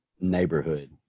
neighborhood